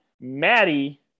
Maddie